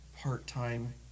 part-time